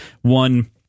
One